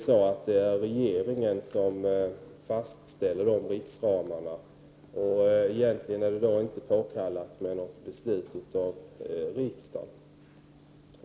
Något beslut av riksdagen är inte påkallat i dag.